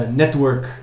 network